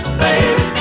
baby